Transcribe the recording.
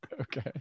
okay